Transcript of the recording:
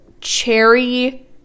cherry